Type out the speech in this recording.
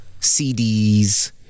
CDs